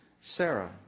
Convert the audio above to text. Sarah